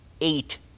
eight